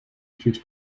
through